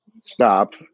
Stop